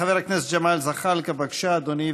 חבר הכנסת ג'מאל זחאלקה, בבקשה, אדוני.